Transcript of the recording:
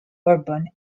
bourbon